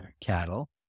cattle